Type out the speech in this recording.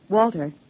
Walter